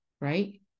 right